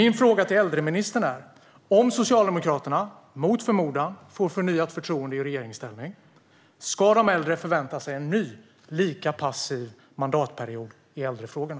Min fråga till äldreministern är: Om Socialdemokraterna, mot förmodan, får förnyat förtroende i regeringsställning, ska de äldre då förvänta sig en ny lika passiv mandatperiod när det gäller äldrefrågorna?